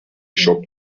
shop